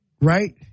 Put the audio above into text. right